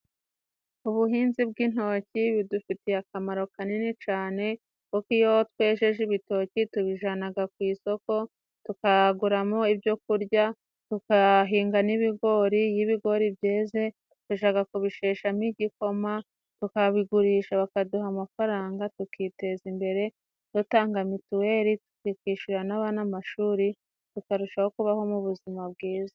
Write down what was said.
Ubuhinzi bw'intoki bidufitiye akamaro kanini cane, kuko iyo twejeje ibitoki, tubijanaga ku isoko, tukaguramo ibyokurya, tugahinga n'ibigori, iyo ibigori byeze, tujaga kubisheshamo igikoma, tukabigurisha bakaduha amafaranga, tukiteza imbere dutanga mituweli ,tukishyurira n'abana amashuri, tukarushaho kubaho mu buzima bwiza.